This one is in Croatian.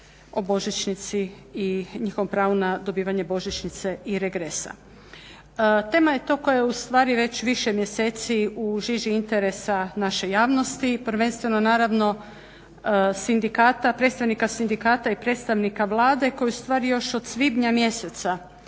o božićnici i njihovom pravu na dobivanje božićnice i regresa. Tema je to koja je ustvari već više mjeseci u žiži interesa naše javnosti, prvenstveno naravno predstavnika sindikata i predstavnika Vlade koji ustvari još od svibnja mjeseca